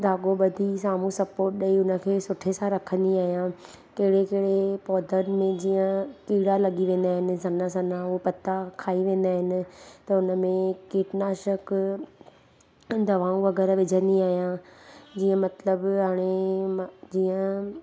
धागो ॿधी साम्हूं सपोट ॾेई हुनखे सुठे सां रखंदी आहियां कहिड़े कहिड़े पौधनि में जीअं कीड़ा लॻी वेंदा आहिनि सन्हा सन्हा उहे पत्ता खाई वेंदा आहिनि त हुनमें कीटनाशक दवाऊं वग़ैरह विझंदी आहियां जीअं मतिलबु हाणे मांं जीअं